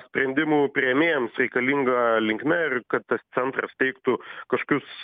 sprendimų priėmėjams reikalinga linkme ir kad tas centras teiktų kaškius